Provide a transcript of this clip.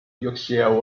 yorkshire